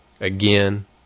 again